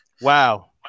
Wow